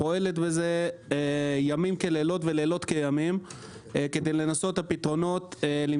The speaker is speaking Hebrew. פועלת ימים כלילות ולילות כימים כדי למצוא את הפתרונות.